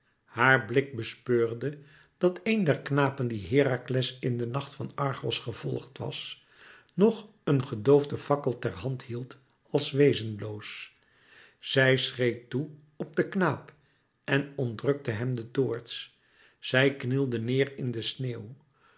haar blik bespeurde dat een der knapen die herakles in de nacht van argos gevolgd was nog een gedoofden fakkel ter hand hield als wezenloos zij schreed toe op den knaap en ontrukte hem den toorts zij knielde neêr in de sneeuw